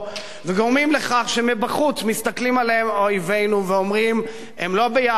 וגורמים לכך שמבחוץ מסתכלים עלינו אויבינו ואומרים: הם לא ביחד,